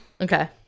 okay